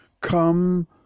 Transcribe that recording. come